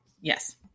Yes